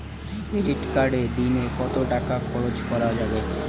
Credit কার্ডে দিনে কত টাকা খরচ করা যাবে?